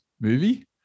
movie